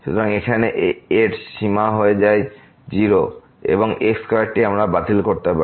সুতরাং এখানে এর সীমা x হয়ে যায় 0 এবং এই x স্কয়ারটি আমরা বাতিল করতে পারি